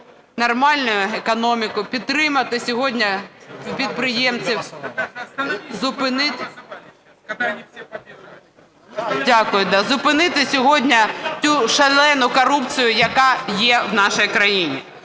нормальну економіку, підтримати сьогодні підприємців, зупинити сьогодні цю шалену корупцію, яка є в нашій країні.